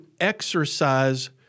exercise